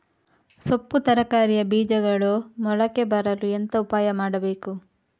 ಸೊಪ್ಪು ತರಕಾರಿಯ ಬೀಜಗಳು ಮೊಳಕೆ ಬರಲು ಎಂತ ಉಪಾಯ ಮಾಡಬೇಕು?